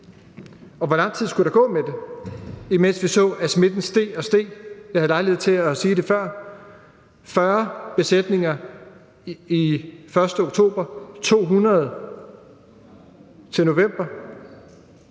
Og hvor lang tid skulle der gå med det, imens vi så, at smitten steg og steg? Jeg havde lejlighed til at sige det før: 40 besætninger først i oktober, 200 i november.